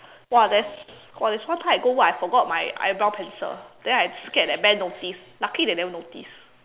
!wah! there's !wah! there's one time I go work I forgot my eyebrow pencil then I scared that Ben notice lucky they never notice